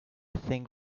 think